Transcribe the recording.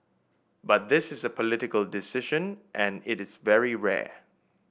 but this is a political decision and it's very rare